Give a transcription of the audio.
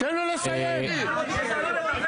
החוק לא מבשיל פעם אחר